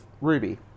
Ruby